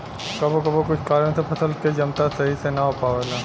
कबो कबो कुछ कारन से फसल के जमता सही से ना हो पावेला